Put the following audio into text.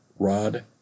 Rod